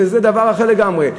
שזה דבר אחר לגמרי.